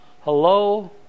Hello